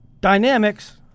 dynamics